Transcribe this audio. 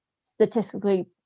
statistically